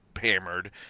hammered